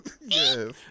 Yes